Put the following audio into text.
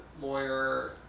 lawyer